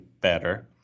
better